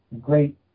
great